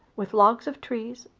with logs of trees,